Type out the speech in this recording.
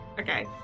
Okay